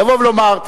לבוא ולומר,